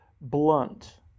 blunt